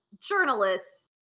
journalists